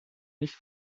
nicht